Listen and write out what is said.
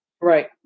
right